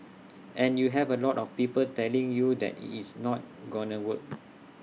and you have A lot of people telling you that IT it's not gonna work